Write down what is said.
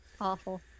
Awful